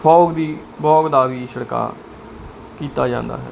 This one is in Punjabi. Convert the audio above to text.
ਫੋਗ ਦੀ ਬਹੁਤ ਦਾ ਛਿੜਕਾ ਕੀਤਾ ਜਾਂਦਾ ਹੈ